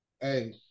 Hey